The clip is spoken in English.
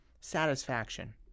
satisfaction